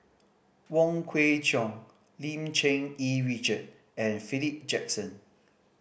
Wong Kwei Cheong Lim Cherng Yih Richard and Philip Jackson